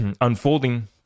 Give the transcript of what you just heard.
unfolding